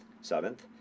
seventh